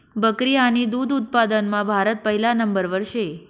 बकरी आणि दुध उत्पादनमा भारत पहिला नंबरवर शे